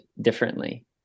differently